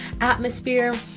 atmosphere